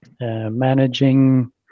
managing